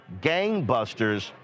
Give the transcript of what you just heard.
gangbusters